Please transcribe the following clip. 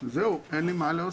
זהו, אין לי מה להוסיף.